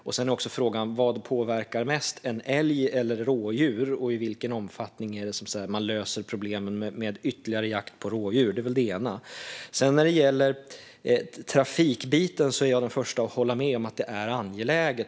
Frågan är också vad som påverkar mest av en älg och ett rådjur samt i vilken omfattning man löser problemen med ytterligare jakt på rådjur. När det gäller trafikbiten är jag den första att hålla med om att det är angeläget.